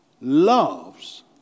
loves